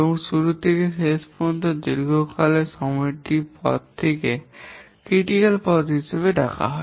এবং শুরু থেকে শেষ পর্যন্ত দীর্ঘতম সময়কালের পথটিকে সমালোচনামূলক পথ হিসাবে ডাকা হয়